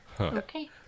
Okay